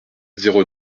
zéro